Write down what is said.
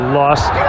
lost